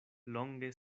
longe